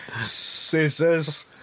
scissors